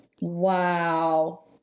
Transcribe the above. Wow